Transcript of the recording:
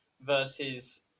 versus